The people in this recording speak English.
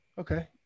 Okay